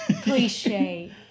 Cliche